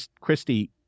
Christie